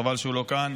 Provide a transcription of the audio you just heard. חבל שהוא לא כאן.